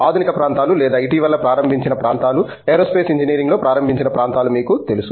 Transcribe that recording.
ఆధునిక ప్రాంతాలు లేదా ఇటీవల ప్రారంభించిన ప్రాంతాలు ఏరోస్పేస్ ఇంజనీరింగ్లో ప్రారంభించిన ప్రాంతాలు మీకు తెలుసు